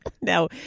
No